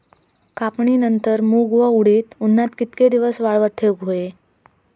कापणीनंतर मूग व उडीद उन्हात कितके दिवस वाळवत ठेवूक व्हये?